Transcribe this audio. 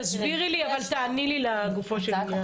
תסבירי לי, אבל תעני לי לגופו של עניין.